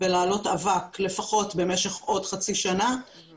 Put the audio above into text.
ייגמר בחצי שנה.